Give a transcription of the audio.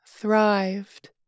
Thrived